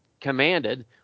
commanded